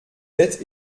êtes